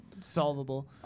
solvable